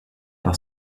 par